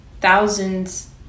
thousands